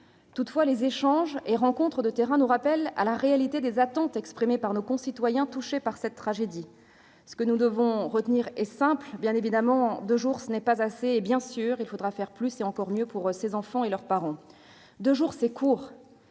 Toutefois, les échanges et les rencontres sur le terrain nous ont permis de mesurer les attentes de nos concitoyens touchés par cette tragédie. Ce que nous devons retenir est simple : bien évidemment, deux jours, ce n'est pas assez, et, bien sûr, il faudra faire plus et encore mieux pour ces enfants et leurs parents. Deux jours, c'est court.